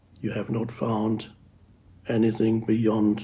you have not found anything beyond